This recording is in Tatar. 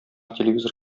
телевизор